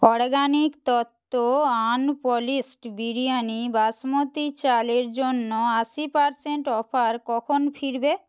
organic তত্ত্ব unpolished biryani basmati চালের জন্য আশি পারসেন্ট অফার কখন ফিরবে